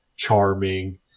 charming